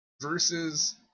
Versus